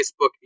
Facebook